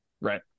Right